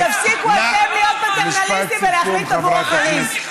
תפסיקו אתם להיות פטרנליסטיים ולהחליט בעבור אחרים.